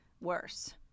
worse